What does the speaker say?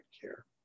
care